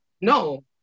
no